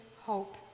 hope